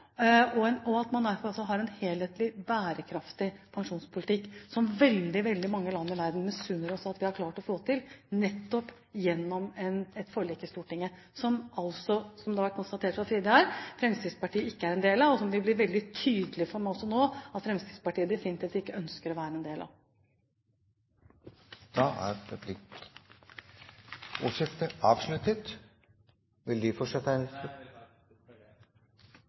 har en helhetlig bærekraftig pensjonspolitikk som veldig, veldig mange land i verden misunner oss at vi har klart å få til nettopp gjennom et forlik i Stortinget, og som altså, som det har vært konstatert tidligere her, Fremskrittspartiet ikke er en del av, og som det blir veldig tydelig for meg nå at Fremskrittspartiet definitivt ikke ønsker å være en del av. Replikkordskiftet er omme. De talerne som heretter får ordet, har en